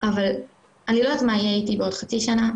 אבל אני לא יודעת מה יהיה איתי בעוד חצי שנה,